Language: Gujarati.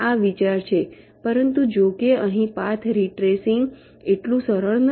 આ વિચાર છે પરંતુ જો કે અહીં પાથ રીટ્રેસીંગ એટલું સરળ નથી